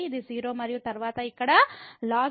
ఇది 0 మరియు తరువాత ఇక్కడ ln ∞